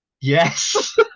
yes